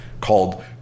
called